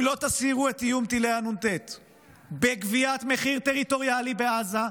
אם לא תסירו את איום טילי הנ"ט בגביית מחיר טריטוריאלי בעזה,